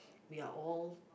we are all